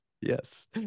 yes